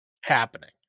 happening